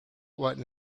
what